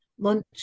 lunch